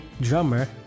drummer